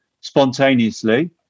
spontaneously